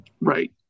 right